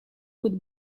could